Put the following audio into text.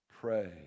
Pray